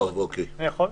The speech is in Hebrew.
אוקיי.